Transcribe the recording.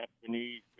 Japanese